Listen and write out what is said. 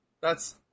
That's-